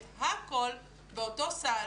את הכול באותו סל